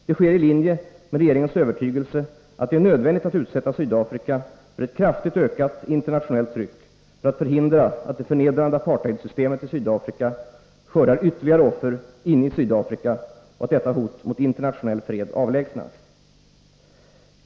Detta sker i linje med regeringens övertygelse att det är nödvändigt att utsätta Sydafrika för ett kraftigt ökat internationellt tryck för att förhindra att det förnedrande apartheidsystemet i Sydafrika skördar ytterligare offer inne i Sydafrika och att detta hot mot internationell fred avlägsnas.